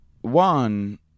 one